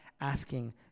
asking